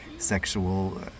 sexual